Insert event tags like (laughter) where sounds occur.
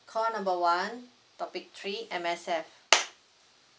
call number one topic three M_S_F (noise)